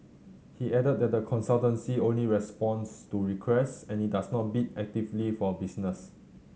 he added that the consultancy only responds to requests and it does not bid actively for business